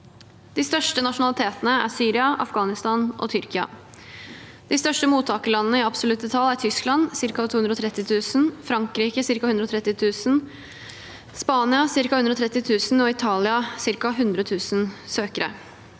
De største nasjonalitetene er Syria, Afghanistan og Tyrkia. De største mottakerlandene i absolutte tall er Tyskland med ca. 230 000 søkere, Frankrike med ca. 130 000, Spania med ca. 130 000 og Italia med ca. 100 000.